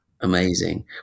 Amazing